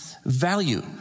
value